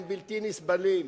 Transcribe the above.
הם בלתי נסבלים.